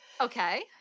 Okay